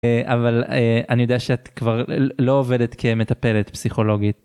אבל אני יודע שאת כבר לא עובדת כמטפלת פסיכולוגית.